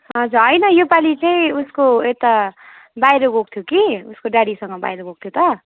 हजुर होइन यो पालि चाहिँ उसको यता बाहिर गएको थियो कि उसको ड्याडीसँग बाहिर गएको थियो त